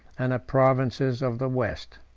and the provinces of the west.